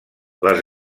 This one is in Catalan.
les